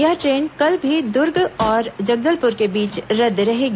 यह ट्रेन कल भी दुर्ग और जगदलपुर के बीच रद्द रहेगी